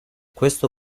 questo